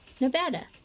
Nevada